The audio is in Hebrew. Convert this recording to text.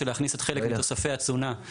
עדכונים שהחילו שינויים בהוראות המאומצות באותה שנה,